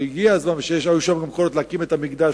ושיש לנו יכולת להקים את המקדש,